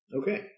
Okay